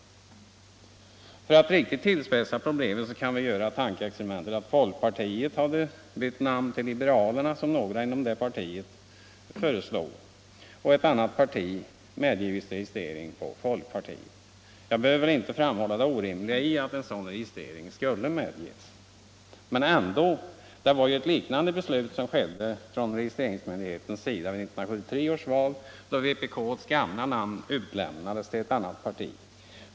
För att rik 23 januari 1975 tigt tillspetsa problemet kan vi göra tankeexperimentet att folkpartiet = bytt namn till liberalerna, såsom några inom det partiet föreslog, och Om förstärkt skydd att ett annat parti medgivits registrering som folkpartiet. Jag behöver = för beteckning på inte framhålla det orimliga i att en sådan registrering skulle medges, = politiskt parti men ändå var det ett liknande beslut som fattades av registreringsmyndigheten vid 1973 års val, då vpk:s gamla namn utlämnades till ett annat parti.